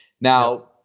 Now